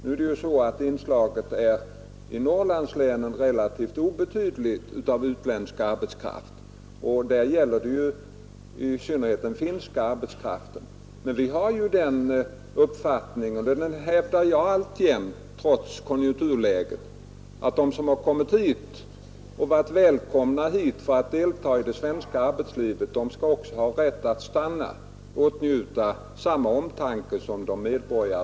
Inslaget av utländsk arbetskraft är relativt obetydligt i Norrlandslänen — där gäller det i synnerhet den finska arbetskraften — men jag hävdar alltjämt uppfattningen trots konjunkturläget, att de utlänningar som kommit hit och varit välkomna att delta i det svenska arbetslivet också skall ha rätt att stanna och åtnjuta samma omsorg som svenska medborgare.